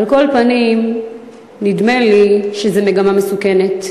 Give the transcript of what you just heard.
על כל פנים, נדמה לי שזו מגמה מסוכנת.